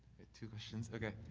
two questions, okay.